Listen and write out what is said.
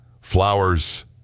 flowers